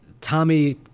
Tommy